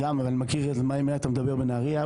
אני יודע על מי אתה מדבר בנהריה,